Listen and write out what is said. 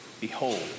behold